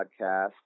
podcast